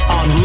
on